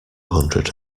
hundred